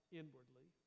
inwardly